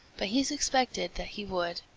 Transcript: but he suspected that he would.